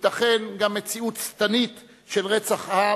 תיתכן גם מציאות שטנית של רצח עם